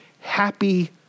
happy